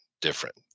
different